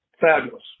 fabulous